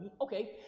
okay